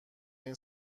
این